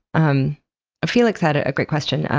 um felix had a great question. yeah